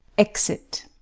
exit